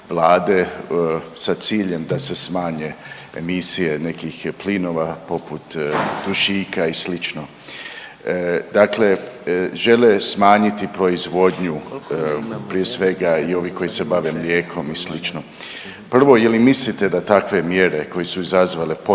sa ciljem da se smanje emisije nekih plinova poput dušika i slično. Dakle, žele smanjiti proizvodnju prije svega i ovi koji se bave mlijekom i slično. Prvo je li mislite da takve mjere koje su izazvale potrese